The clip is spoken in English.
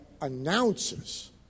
announces